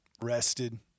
rested